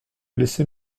blessé